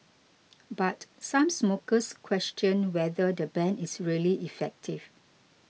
but some smokers question whether the ban is really effective